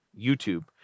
YouTube